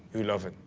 you'll love it.